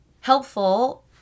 helpful